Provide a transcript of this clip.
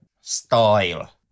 style